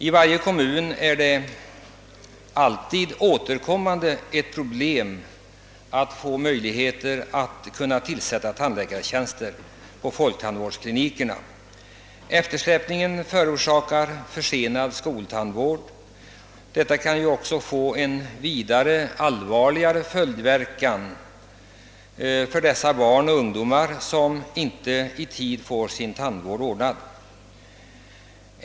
I varje kommun är det alltid ett återkommande problem att kunna tillsätta tandläkartjänster på folktandvårdsklinikerna. Eftersläpningen förorsakar försenad skoltandvård, vilket kan få en allvarlig följdverkan för de barn och ungdomar som inte i tid får sin tandvård ordnad.